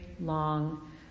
long